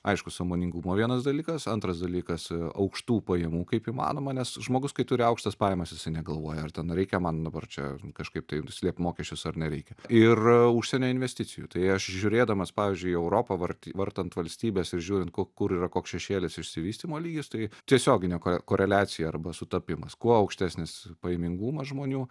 aišku sąmoningumo vienas dalykas antras dalykas aukštų pajamų kaip įmanoma nes žmogus kai turi aukštas pajamas jisai negalvoja ar ten reikia man dabar čia kažkaip tai nuslėpti mokesčius ar nereikia ir užsienio investicijų tai aš žiūrėdamas pavyzdžiui į europą var vartant valstybes ir žiūrint kur yra koks šešėlis išsivystymo lygis tai tiesioginė koreliacija arba sutapimas kuo aukštesnis pajamingumas žmonių